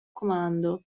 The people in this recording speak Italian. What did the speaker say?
comando